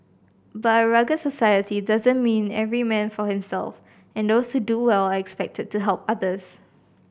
but a rugged society doesn't mean every man for himself and those who do well are expected to help others